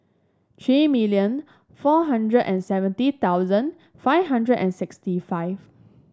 Three million four hundred and seventy thousand five hundred and sixty five